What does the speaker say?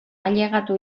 ailegatu